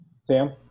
Sam